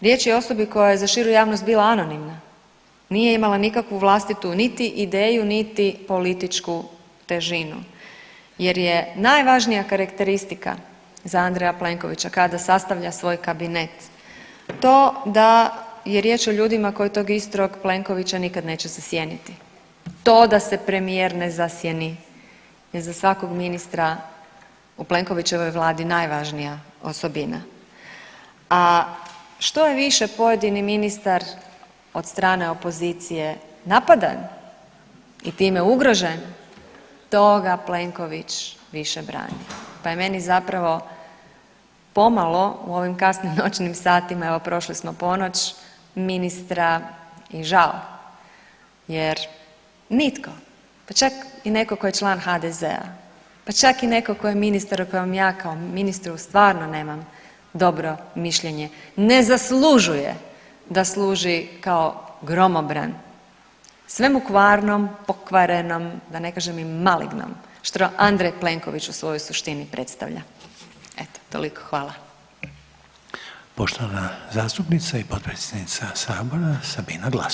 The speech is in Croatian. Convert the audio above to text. Riječ je o osobi koja je za širu javnost bila anonimna, nije imala nikakvu vlastitu niti ideju, niti političku težinu jer je najvažnija karakteristika za Andreja Plenkovića kada sastavlja svoj kabinet to da je riječ o ljudima koji tog istog Plenkovića nikad neće zasjeniti, to da se premijer ne zasjeni je za svakog ministra u Plenkovićevoj vladi najvažnija osobina, a što je više pojedini ministar od strane opozicije napadan i time ugrožen to ga Plenković više brani, pa je meni zapravo pomalo u ovim kasnim noćnim satima, evo prošli smo ponoć, ministra i žao jer nitko, pa čak i neko ko je član HDZ-a, pa čak i neko ko je ministar o kojem ja kao ministru stvarno nemam dobro mišljenje, ne zaslužuje da služi kao gromobran, svemu kvarnom, pokvarenom, da ne kažem i malignom što Andrej Plenković u svojoj suštini predstavlja, eto toliko, hvala.